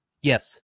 Yes